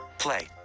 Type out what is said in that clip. Play